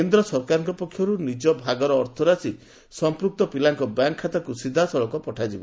କେନ୍ଦ୍ର ସରକାରଙ୍କ ପକ୍ଷର୍ତ ନିଜ ଭାଗର ଅର୍ଥରାଶି ସମ୍ପୃକ୍ତ ପିଲାଙ୍କ ବ୍ୟାଙ୍କ୍ ଖାତାକୁ ସିଧାସଳଖ ପଠାଯିବ